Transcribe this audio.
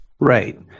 Right